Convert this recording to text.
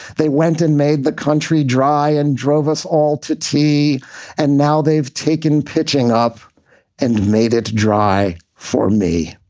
they went and made the country dry and drove us all to tea and now they've taken pitching up and made it dry for me.